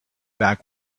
back